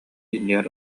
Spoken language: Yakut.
иннигэр